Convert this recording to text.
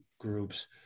groups